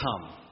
come